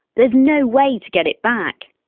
there's no way to get it back.